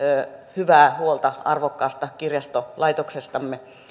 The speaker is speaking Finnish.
hyvää huolta arvokkaasta kirjastolaitoksestamme